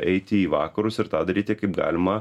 eiti į vakarus ir tą daryti kaip galima